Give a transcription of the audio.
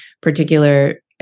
particular